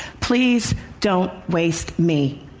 please don't waste me.